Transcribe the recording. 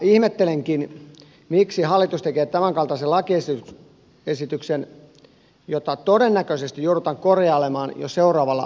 ihmettelenkin miksi hallitus tekee tämänkaltaisen lakiesityksen jota todennäköisesti joudutaan korjailemaan jo seuraavalla hallituskaudella